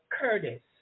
Curtis